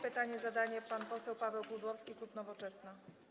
Pytanie zadaje pan poseł Paweł Pudłowski, klub Nowoczesna.